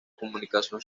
comunicación